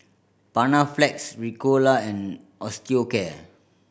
Panaflex Ricola and Osteocare